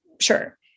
Sure